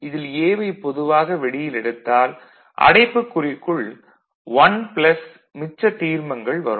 இதில் A வைப் பொதுவாக வெளியில் எடுத்தால் அடைப்புக்குறிக்குள் 1 மிச்ச தீர்மங்கள் வரும்